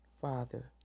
father